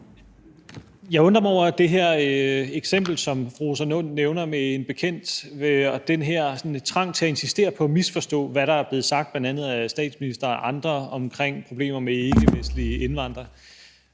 Jeg undrer mig over det her eksempel, som fru Rosa Lund nævner med en bekendt og den her trang til at insistere på at misforstå, hvad der er blevet sagt af bl.a. statsministeren og andre omkring problemer med ikkevestlige indvandrere.